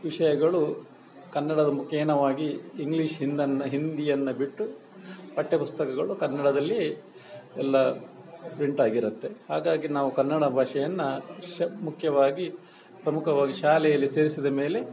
ವಿಷಯಗಳು ಕನ್ನಡದ ಮುಖೇನವಾಗಿ ಇಂಗ್ಲೀಷ್ ಹಿಂದನ್ನ ಹಿಂದಿಯನ್ನು ಬಿಟ್ಟು ಪಠ್ಯ ಪುಸ್ತಕಗಳು ಕನ್ನಡದಲ್ಲಿ ಎಲ್ಲ ಪ್ರಿಂಟ್ ಆಗಿರುತ್ತೆ ಹಾಗಾಗಿ ನಾವು ಕನ್ನಡ ಭಾಷೆಯನ್ನು ಶ್ ಮುಖ್ಯವಾಗಿ ಪ್ರಮುಖವಾಗಿ ಶಾಲೆಯಲ್ಲಿ ಸೇರಿಸಿದ ಮೇಲೆ